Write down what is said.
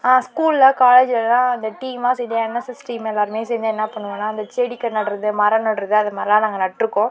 ஸ்கூலில் காலேஜுலெல்லாம் அந்த டீம்மாக சேர்ந்து என்எஸ்எஸ் டீம் எல்லாேருமே சேர்ந்து என்ன பண்ணுவோன்னால் அந்த செடிக்கு நடுகிறது மரம் நடுகிறது அதுமாதிரிலாம் நாங்கள் நட்டிருக்கோம்